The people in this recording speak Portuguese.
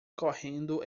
correndo